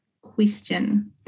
question